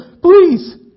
please